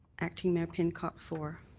acting mayor pincott for.